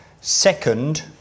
Second